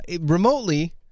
remotely